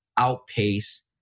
outpace